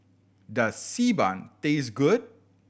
does Xi Ban taste good